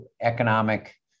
economic